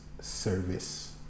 service